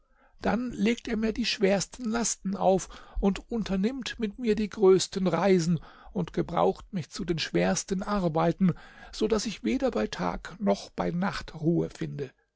dann legt er mir die schwersten lasten auf und unternimmt mit mir die größten reisen und gebraucht mich zu den schwersten arbeiten so daß ich weder bei tag noch bei nacht ruhe finde